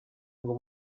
ngo